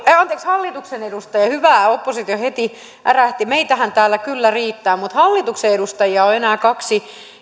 anteeksi hallituksen edustajia hyvä oppositio heti ärähti meitähän täällä kyllä riittää mutta hallituksen edustajia on enää kaksi